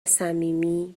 صمیمی